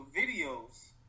videos